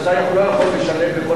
אתה לא יכול לשלם לכל,